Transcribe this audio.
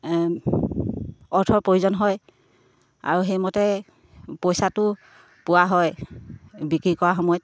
অৰ্থৰ প্ৰয়োজন হয় আৰু সেইমতে পইচাটো পোৱা হয় বিক্ৰী কৰা সময়ত